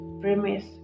premise